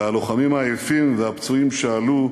והלוחמים העייפים והפצועים שאלו: